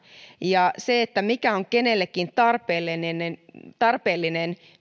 ja se mikä on kenellekin tarpeellinen tarpeellinen